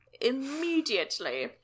Immediately